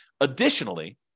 Additionally